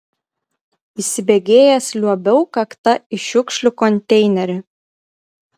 įsibėgėjęs liuobiau kakta į šiukšlių konteinerį